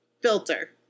Filter